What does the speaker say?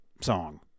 song